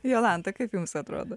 jolanta kaip jums atrodo